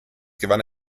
gewann